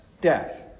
death